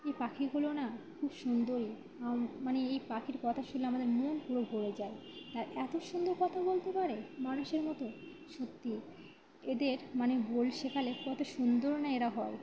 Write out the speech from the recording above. এই পাখিগুলো না খুব সুন্দরই মানে এই পাখির কথা শুনলে আমাদের মন পুরো ভরে যায় তার এত সুন্দর কথা বলতে পারে মানুষের মতো সত্যি এদের মানে বোল শেখালে কত সুন্দর না এরা হয়